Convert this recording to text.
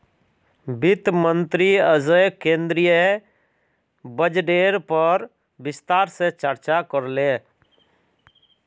वित्त मंत्री अयेज केंद्रीय बजटेर पर विस्तार से चर्चा करले